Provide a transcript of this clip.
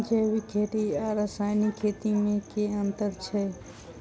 जैविक खेती आ रासायनिक खेती मे केँ अंतर छै?